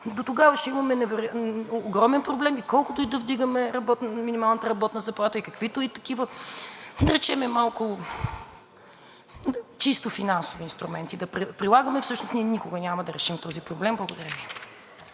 дотогава ще имаме огромен проблем и колкото да вдигаме минималната работна заплата, и каквито и такива, да речем малко чисто финансови инструменти да прилагаме, всъщност ние никога няма да решим този проблем. Благодаря Ви.